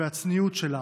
הצניעות שלה,